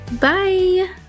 Bye